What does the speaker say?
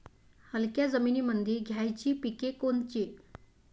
हलक्या जमीनीमंदी घ्यायची पिके कोनची?